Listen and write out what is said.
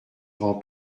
grand